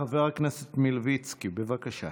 חבר הכנסת מלביצקי, בבקשה.